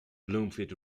bloomfield